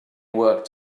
work